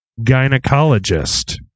gynecologist